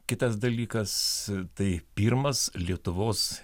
kitas dalykas tai pirmas lietuvos